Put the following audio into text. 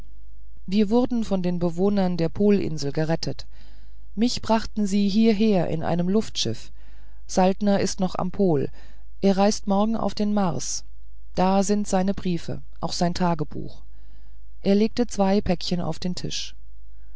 wir wurden von den bewohnern der polinsel gerettet mich brachten sie hierher in einem luftschiff saltner ist noch am pol er reist morgen auf den mars da sind seine briefe da sein tagebuch er legte zwei päckchen auf den tisch